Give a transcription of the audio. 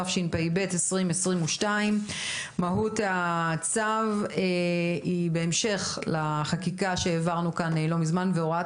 התשפ"ב 2022. מהות הצו היא בהמשך לחקיקה שהעברנו כאן לא מזמן והוראת